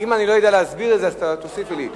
אם אני לא יודע להסביר את זה, תוסיפי לי,